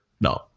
No